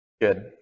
Good